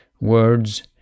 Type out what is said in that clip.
words